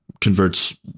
converts